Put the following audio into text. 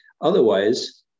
otherwise